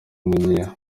w’umunyanigeriya